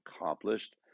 accomplished